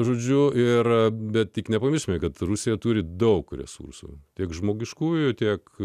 žodžiu ir bet tik nepajusime kad rusija turi daug resursų tiek žmogiškųjų tiek